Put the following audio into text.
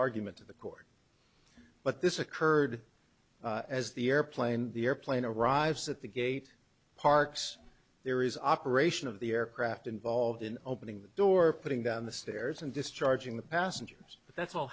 argument to the court but this occurred as the airplane the airplane arrives at the gate parks there is operation of the aircraft involved in opening the door putting down the stairs and discharging the passengers but that's all